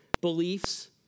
beliefs